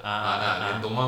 ah ah ah ah